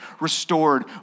restored